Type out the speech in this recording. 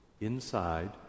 inside